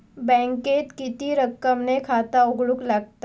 बँकेत किती रक्कम ने खाता उघडूक लागता?